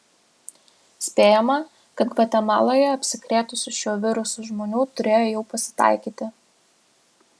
spėjama kad gvatemaloje apsikrėtusių šiuo virusu žmonių turėjo jau pasitaikyti